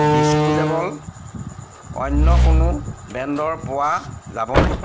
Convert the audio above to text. disposable অন্য কোনো ব্ৰেণ্ডৰ পোৱা যাবনে